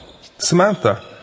Samantha